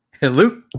hello